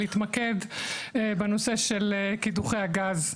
ואני אוכל להתמקד בנושא של קידוחי הגז.